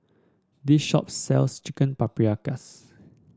this shop sells Chicken Paprikas